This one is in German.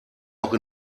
auch